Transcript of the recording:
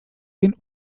den